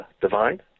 Divine